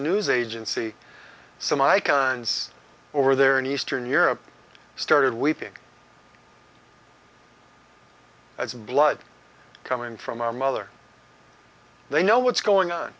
news agency some icons over there in eastern europe started weeping as of blood coming from our mother they know what's going on